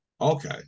Okay